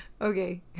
okay